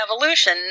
evolution